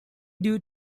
due